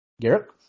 Garrett